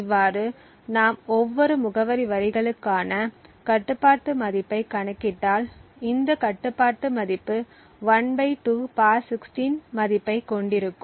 இவ்வாறு நாம் ஒவ்வொரு முகவரி வரிகளுக்கான கட்டுப்பாட்டு மதிப்பை கணக்கிட்டால் இந்த கட்டுப்பாட்டு மதிப்பு 12 16 மதிப்பை கொண்டிருக்கும்